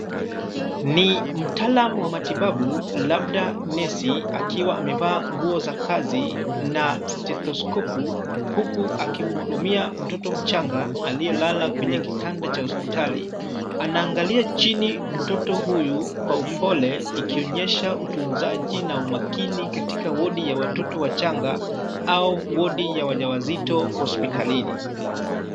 Ni mtaalam wa matibabu labda nesi akiwa amevaa nguo za kazi na stethoskopu huku akimhudumia mtoto mchanga aliyelala kwenye kitanda cha hospitali. Anaangalia chini mtoto huyu kwa upole ikionyesha utunzaji na umakini katika wodi ya watoto wachanga au wodi ya wajawazito hospitalini.